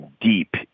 deep